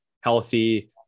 healthy